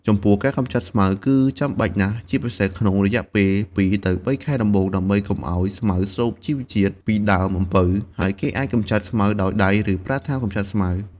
ចំពោះការកម្ចាត់ស្មៅគឺចាំបាច់ណាស់ ជាពិសេសក្នុងរយៈពេល ២ ទៅ ៣ ខែដំបូង ដើម្បីកុំឱ្យស្មៅស្រូបជីវជាតិពីដើមអំពៅ ហើយគេអាចកម្ចាត់ស្មៅដោយដៃ ឬប្រើថ្នាំកម្ចាត់ស្មៅ។